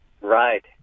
Right